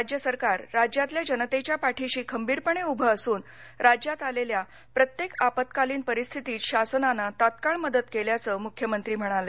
राज्य सरकार राज्यातल्या जनतेच्या पाठीशी खंबीरपणे उभं असून राज्यात आलेल्या प्रत्येक आपत्कालीन परिस्थितीत शासनानं तत्काळ मदत केल्याचं मुख्यमंत्री म्हणाले